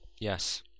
Yes